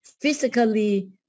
physically